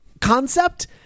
concept